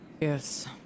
Yes